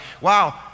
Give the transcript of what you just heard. wow